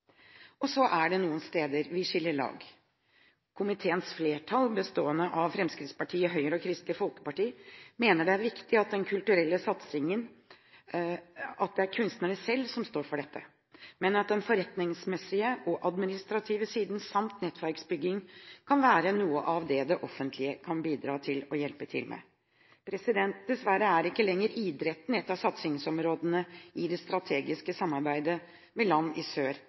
Så er det noen steder vi skiller lag. Komiteens flertall, bestående av Fremskrittspartiet, Høyre og Kristelig Folkeparti, mener det er viktig at det er kunstnerne selv som står for den kulturelle satsingen, men at den forretningsmessige og administrative siden samt nettverksbyggingen kan være noe av det som det offentlige kan hjelpe til med. Dessverre er ikke lenger idretten et av satsingsområdene i det strategiske samarbeidet med land i sør.